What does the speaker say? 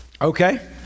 okay